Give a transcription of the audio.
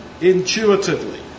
intuitively